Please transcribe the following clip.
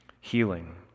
healing